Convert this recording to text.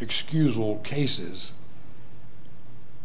excusable cases